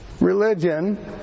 religion